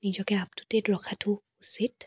নিজকে আপটুডেট ৰখাটো উচিত